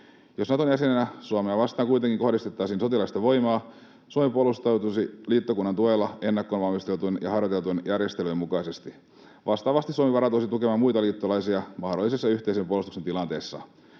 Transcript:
Jos Naton jäsenenä Suomea vastaan kuitenkin kohdistettaisiin sotilaallista voimaa, Suomi puolustautuisi liittokunnan tuella ennakkoon valmisteltujen ja harjoiteltujen järjestelyjen mukaisesti. Vastaavasti Suomi varautuisi tukemaan muita liittolaisia mahdollisessa yhteisen puolustuksen tilanteessa.